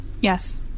Yes